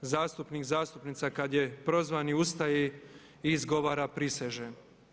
Zastupnik, zastupnica kad je prozvan ustaje i izgovara prisežem.